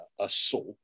assault